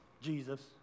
Jesus